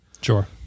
Sure